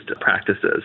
practices